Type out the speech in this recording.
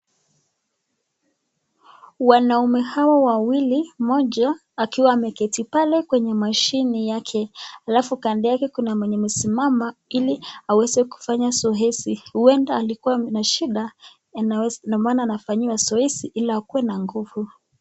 Wanaume hawa wawili moja akiwa ameketi pale kwa mashini yake alafu kando yake kuna mwenye amesimama hili aweze kufanya zoezi huenda alikuwa na shida na maana anafanyiwa zoezi hili akuwe na nguvu.